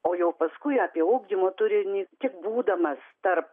o jau paskui apie ugdymo turinį tik būdamas tarp